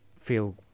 feel